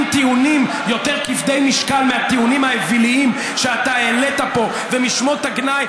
טיעונים יותר כבדי משקל מהטיעונים האוויליים שאתה העלית פה ומשמות הגנאי.